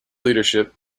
leadership